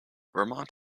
vermont